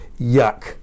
yuck